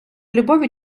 любов